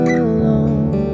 alone